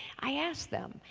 i asked them,